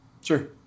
Sure